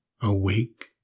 awake